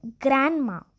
grandma